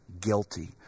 guilty